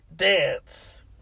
Dance